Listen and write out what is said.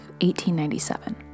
1897